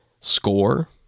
score